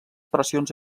pressions